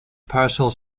parcels